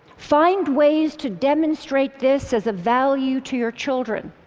find ways to demonstrate this as a value to your children.